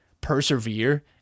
persevere